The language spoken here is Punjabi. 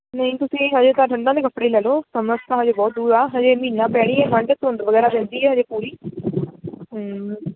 ਨਹੀਂ ਤੁਸੀਂ ਹਜੇ ਤਾਂ ਠੰਡਾਂ ਦੇ ਕੱਪੜੇ ਲੈ ਲਓ ਸਮਰਸ ਤਾਂ ਹਜੇ ਬਹੁਤ ਦੂਰ ਆ ਹਜੇ ਮਹੀਨਾ ਪੈਣੀ ਆ ਠੰਡ ਧੁੰਦ ਵਗੈਰਾ ਰਹਿੰਦੀ ਹੈ ਹਜੇ ਪੂਰੀ ਹੂੰ